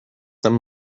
them